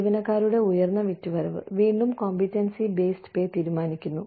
ജീവനക്കാരുടെ ഉയർന്ന വിറ്റുവരവ് വീണ്ടും കോമ്പീറ്റൻസി ബേസ്ഡ് പേ തീരുമാനിക്കുന്നു